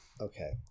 Okay